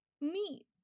meat